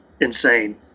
insane